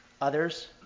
Others